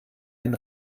den